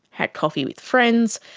had coffee with friends,